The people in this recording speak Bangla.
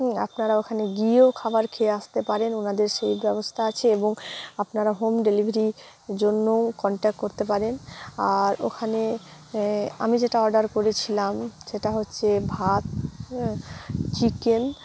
আপনারা ওখানে গিয়েও খাবার খেয়ে আসতে পারেন ওনাদের সেই ব্যবস্থা আছে এবং আপনারা হোম ডেলিভারির জন্যও কনট্যাক্ট করতে পারেন আর ওখানে আমি যেটা অর্ডার করেছিলাম সেটা হচ্ছে ভাত চিকেন